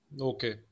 Okay